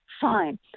Fine